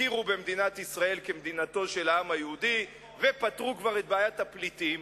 הכירו במדינת ישראל כמדינתו של העם היהודי ופתרו את בעיית הפליטים,